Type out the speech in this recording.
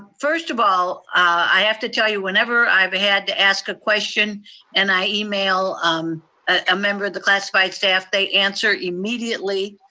first of all, i have to tell you whenever i've had to ask a question and i email um a member of the classified staff, they answer immediately.